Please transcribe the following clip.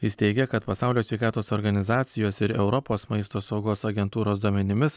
jis teigia kad pasaulio sveikatos organizacijos ir europos maisto saugos agentūros duomenimis